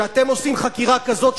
כשאתם עושים חקירה כזאת,